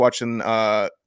watching